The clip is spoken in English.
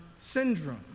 syndrome